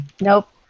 Nope